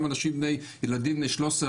גם ילדים בני 13,